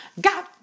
got